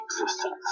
existence